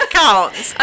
counts